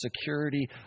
security